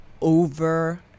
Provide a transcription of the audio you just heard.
over